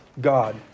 God